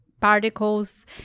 particles